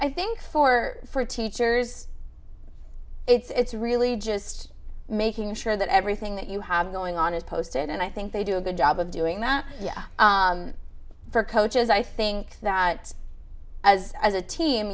i think for for teachers it's really just making sure that everything that you have going on is posted and i think they do a good job of doing that for coaches i think that as as a team